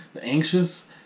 anxious